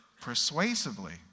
persuasively